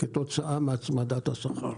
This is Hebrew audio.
כתוצאה מהצמדת השכר.